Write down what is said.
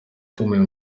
ukomeye